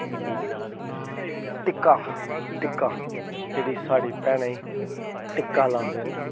टिक्का टिक्का डेह्ड़ा साढ़ी भैनें ई टिक्का लांदे न